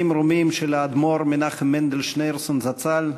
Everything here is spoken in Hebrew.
מרומים של האדמו"ר מנחם מנדל שניאורסון זצ"ל,